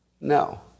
No